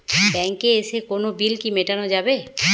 ব্যাংকে এসে কোনো বিল কি মেটানো যাবে?